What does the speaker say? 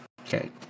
Okay